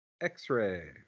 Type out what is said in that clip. X-Ray